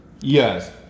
Yes